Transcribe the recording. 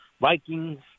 Vikings